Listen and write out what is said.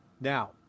Now